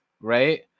right